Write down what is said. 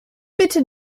bitte